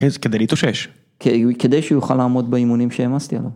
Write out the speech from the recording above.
כדי להתאושש? כדי שיוכל לעמוד באימונים שהעמסתי עליו.